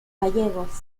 gallegos